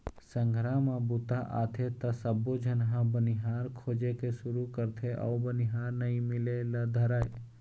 संघरा म बूता आथे त सबोझन ह बनिहार खोजे के सुरू करथे अउ बनिहार नइ मिले ल धरय